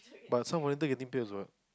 but some volunteers getting paid also what